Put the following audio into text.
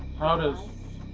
how does